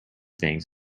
things